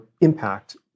impact